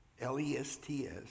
L-E-S-T-S